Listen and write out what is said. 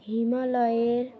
হিমালয়ের